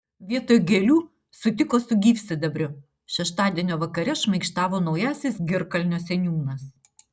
vietoj gėlių sutiko su gyvsidabriu šeštadienio vakare šmaikštavo naujasis girkalnio seniūnas